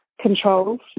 controls